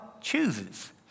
chooses